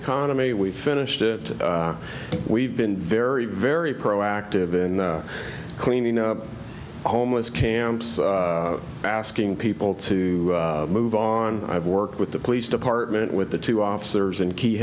economy we finished it we've been very very proactive in cleaning up homeless camps asking people to move on i have worked with the police department with the two officers in key